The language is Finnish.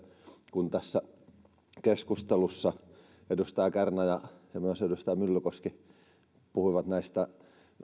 kun tässä keskustelussa edustaja kärnä ja ja myös edustaja myllykoski puhuivat näistä